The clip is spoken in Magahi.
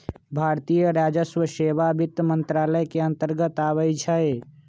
भारतीय राजस्व सेवा वित्त मंत्रालय के अंतर्गत आबइ छै